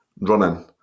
running